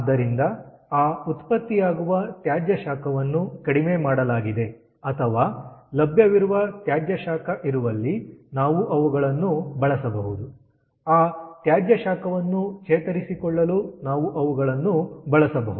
ಆದ್ದರಿಂದ ಆ ಉತ್ಪತ್ತಿಯಾಗುವ ತ್ಯಾಜ್ಯ ಶಾಖವನ್ನು ಕಡಿಮೆ ಮಾಡಲಾಗಿದೆ ಅಥವಾ ಲಭ್ಯವಿರುವ ತ್ಯಾಜ್ಯ ಶಾಖ ಇರುವಲ್ಲಿ ನಾವು ಅವುಗಳನ್ನು ಬಳಸಬಹುದು ಆ ತ್ಯಾಜ್ಯ ಶಾಖವನ್ನು ಚೇತರಿಸಿಕೊಳ್ಳಲು ನಾವು ಅವುಗಳನ್ನು ಬಳಸಬಹುದು